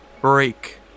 break